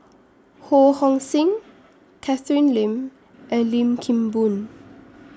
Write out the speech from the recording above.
Ho Hong Sing Catherine Lim and Lim Kim Boon